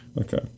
Okay